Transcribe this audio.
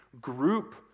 group